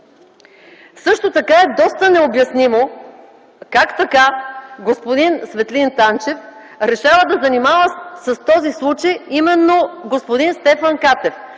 Също така е доста необяснимо как така господин Светлин Танчев решава да занимава с този случай именно господин Стефан Катев